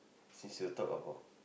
since you'll talk about